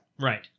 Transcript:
Right